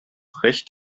recht